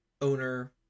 Owner